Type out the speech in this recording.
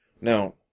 Now